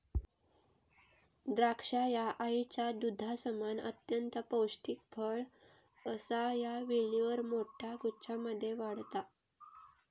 द्राक्षा ह्या आईच्या दुधासमान अत्यंत पौष्टिक फळ असा ह्या वेलीवर मोठ्या गुच्छांमध्ये वाढता